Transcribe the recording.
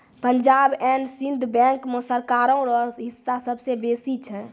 Punjab and Sind bank मे सरकारो रो हिस्सा सबसे बेसी छै